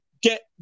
get